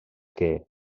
que